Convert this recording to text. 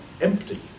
empty